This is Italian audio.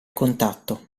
contatto